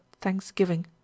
thanksgiving